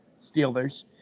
Steelers